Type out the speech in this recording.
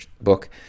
book